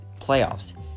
playoffs